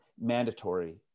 mandatory